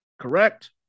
Correct